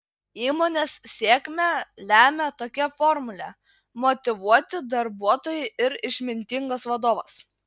įmonės sėkmę lemią tokia formulė motyvuoti darbuotojai ir išmintingas vadovas